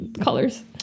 Colors